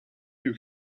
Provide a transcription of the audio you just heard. you